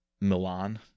Milan